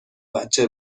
بچه